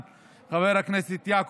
חבר הכנסת איימן,